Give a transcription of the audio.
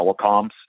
telecoms